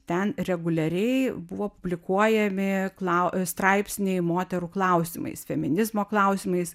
ten reguliariai buvo publikuojami klau straipsniai moterų klausimais feminizmo klausimais